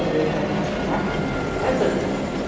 and they said, a black man president.